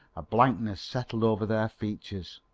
a blankness settled over their features.